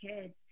kids